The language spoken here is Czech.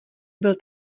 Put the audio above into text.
byl